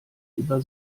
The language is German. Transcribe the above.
über